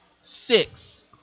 Six